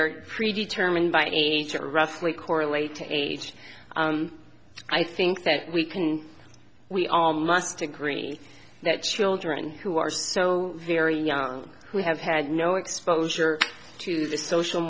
are predetermined by age or roughly correlated age i think that we can we are must agree that children who are so very young who have had no exposure to the social